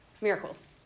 Miracles